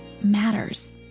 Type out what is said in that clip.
matters